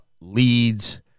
leads